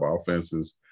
offenses